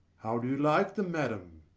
how do you like them, madam?